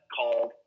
called